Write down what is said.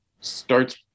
starts